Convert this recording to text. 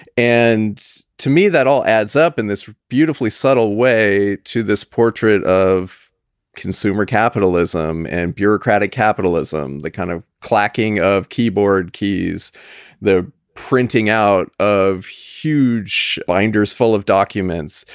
and to me, that all adds up. and this beautifully subtle way to this portrait of consumer capitalism and bureaucratic capitalism, the kind of clacking of keyboard keys they're printing out of huge binders full of documents,